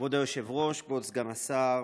כבוד היושב-ראש, כבוד סגן השר,